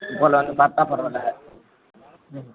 அது போல வந்து பார்த்தா பரவாயில்ல ம்